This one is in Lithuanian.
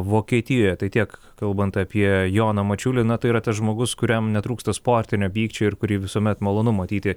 vokietijoje tai tiek kalbant apie joną mačiulį na tai yra tas žmogus kuriam netrūksta sportinio pykčio ir kurį visuomet malonu matyti